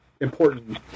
important